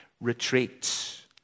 retreats